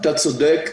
אתה צודק.